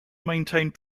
maintained